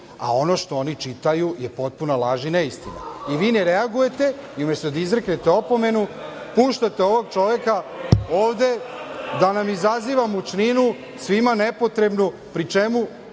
a ono što oni čitaju je potpuna laž i neistina. I vi ne reagujete. Umesto da izreknete opomenu, puštate ovog čoveka ovde da nam izaziva mučninu, svima nepotrebnu, pri čemu,